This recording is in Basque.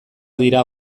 dira